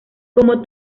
como